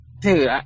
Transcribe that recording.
Dude